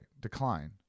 decline